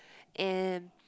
and